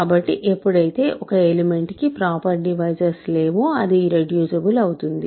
కాబట్టిఎప్పుడైతే ఒక ఎలిమెంట్ కి proper divisors లేవో అది ఇర్రెడ్యూసిబుల్ అవుతుంది